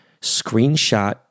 Screenshot